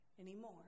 anymore